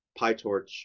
PyTorch